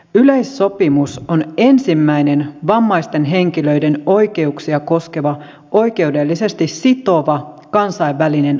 yleissopimus on ensimmäinen vammaisten henkilöiden oikeuksia koskeva oikeudellisesti sitova kansainvälinen asiakirja